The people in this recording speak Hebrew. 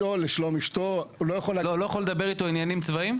לשאול לשלום אשתו --- הוא לא יכול לדבר איתו על עניינים צבאיים?